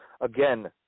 Again